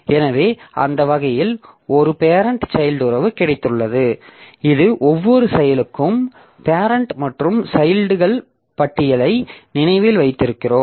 எனவே அந்த வகையில் ஒரு பேரெண்ட் சைல்ட் உறவு கிடைத்துள்ளது இது ஒவ்வொரு செயலுக்கும் பேரெண்ட் மற்றும் சைல்ட்கள் பட்டியலை நினைவில் வைத்திருக்கிறோம்